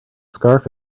scarf